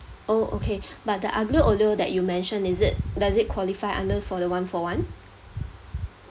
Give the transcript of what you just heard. oh okay but the aglio olio that you mentioned is it does it qualify under for the one-for-one